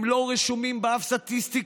הם לא רשומים באף סטטיסטיקה,